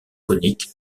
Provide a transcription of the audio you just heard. conique